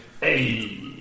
Hey